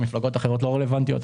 ומפלגות אחרות לא רלוונטיות.